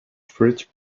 fridge